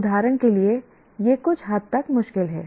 उदाहरण के लिए यह कुछ हद तक मुश्किल है